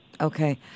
Okay